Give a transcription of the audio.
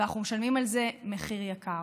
ואנחנו משלמים על זה מחיר יקר.